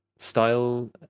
style